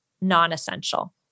non-essential